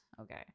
Okay